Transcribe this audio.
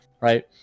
right